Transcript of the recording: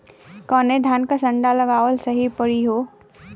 कवने धान क संन्डा लगावल सही परी हो?